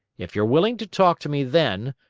if you're willing to talk to me then,